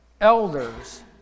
elders